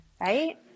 right